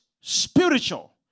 spiritual